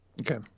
Okay